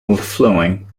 overflowing